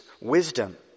wisdom